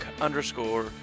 underscore